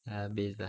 habis lah